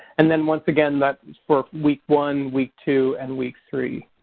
and then once again that's for week one, week two and week three.